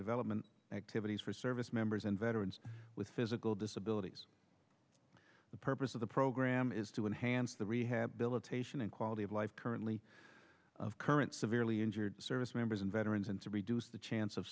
development activities for service members and veterans with physical disabilities the purpose of the program is to enhance the rehab bill of patient and quality of life currently of current severely injured service members and veterans and to reduce the chance of